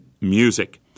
music